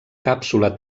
càpsula